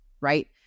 right